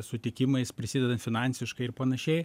sutikimais prisidedant finansiškai ir panašiai